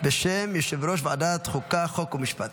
בשם יושב-ראש ועדת החוקה, חוק ומשפט.